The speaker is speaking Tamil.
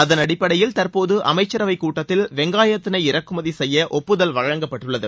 அதன் அடிப்படையில் தற்போது அமைச்சரவை கூட்டத்தில் வெங்காயத்தினை இறக்குமதி செய்ய ஒப்புதல் வழங்கப்பட்டுள்ளது